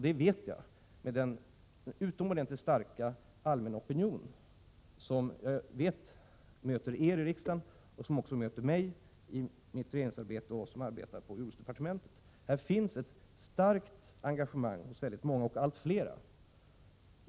Den utomordentligt starka allmänna opinion som jag vet möter er i riksdagen och som också möter mig i mitt regeringsarbete och dem som arbetar på jordbruksdepartementet visar att det finns ett starkt engagemang hos allt fler människor.